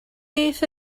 beth